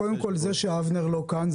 קודם כל זה שאבנר לא כאן,